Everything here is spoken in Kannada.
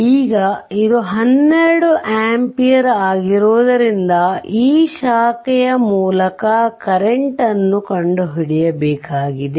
ಈಗ ಇದು 12 ಆಂಪಿಯರ್ ಆಗಿರುವುದರಿಂದ ಈ ಶಾಖೆಯ ಮೂಲಕ ಕರೆಂಟ್ ಅನ್ನು ಕಂಡುಹಿಡಿಯಿರಿ